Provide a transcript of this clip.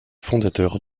fondateur